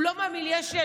הוא לא מהמיליה שלי,